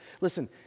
Listen